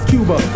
Cuba